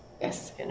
yes